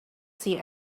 see